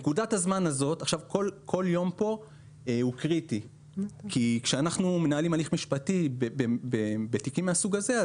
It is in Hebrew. כל יום כאן הוא קריטי כי כשאנחנו מנהלים הליך משפטי בתיקים מהסוג הזה,